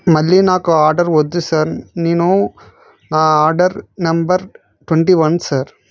మళ్ళీ నాకు ఆర్డర్ వద్దు సార్ నేను నా order number twenty one sir